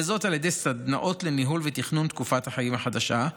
וזאת על ידי סדנאות לניהול ותכנון תקופת החיים החדשה,